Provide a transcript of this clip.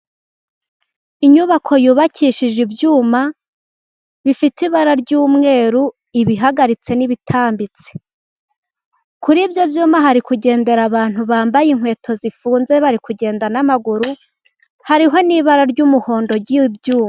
Inyubako yubakishije ibyuma bifite ibara ry'umweru, ibihagaritse n'ibitambitse. Kuri ibyo byuma hari kugendera abantu bambaye inkweto zifunze bari kugenda n'amaguru, hariho n'ibara ry'umuhondo ry'ibi byuma.